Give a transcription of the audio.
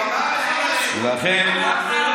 אני חושב שיש פה לא רחוק מחלקה שצריך להתאשפז בה.